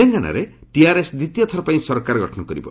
ତେଲେଙ୍ଗାନାରେ ଟିଆର୍ଏସ୍ ଦ୍ୱିତୀୟ ଥର ପାଇଁ ସରକାର ଗଠନ କରିବ